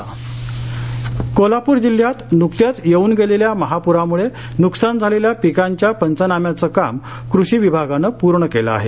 पूर पंचनामे कोल्हापर कोल्हापूर जिल्ह्यात नुकताच येऊन गेलेल्या महापूरामुळे नुकसान झालेल्या पिकांच्या पंचनाम्याचं काम कृषी विभागानं पूर्ण केलं आहे